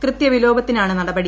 കൃത്യവിലോപത്തിനാണ് നടപടി